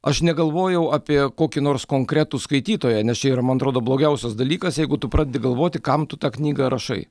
aš negalvojau apie kokį nors konkretų skaitytoją nes čia yra man atrodo blogiausias dalykas jeigu tu pradedi galvoti kam tu tą knygą rašai